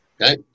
Okay